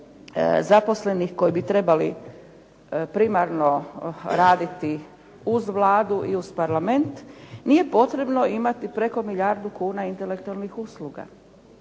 zaposlenih koji bi trebali primarno raditi uz Vladu i uz Parlament nije potrebno imati preko milijardu kuna intelektualnih usluga.